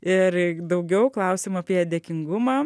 ir daugiau klausimų apie dėkingumą